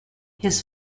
his